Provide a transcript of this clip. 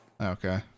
Okay